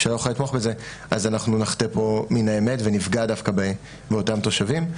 אז אנחנו נחטא פה לאמת ונפגע דווקא באותם תושבים.